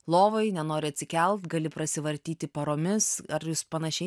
lovoj nenori atsikelt gali prasivartyti paromis ar jūs panašiai